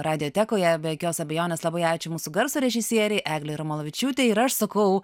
be jokios abejonės labai ačiū mūsų garso režisieriai eglė jarmolavičiūtė ir aš sakau